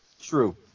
True